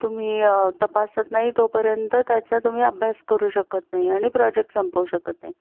तुम्ही तपासत नाही तोपर्यंत त्याचा तुम्ही अभ्यास करू शकत नाही आणि प्रोजेक्ट संपवू शकत नाही